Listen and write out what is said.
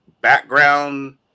background